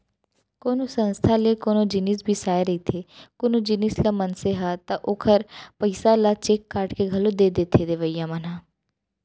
कोनो संस्था ले कोनो जिनिस बिसाए रहिथे कोनो जिनिस ल मनसे ह ता ओखर पइसा ल चेक काटके के घलौ दे देथे देवइया मन ह